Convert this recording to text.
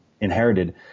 inherited